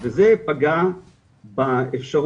וזה פגע באפשרות,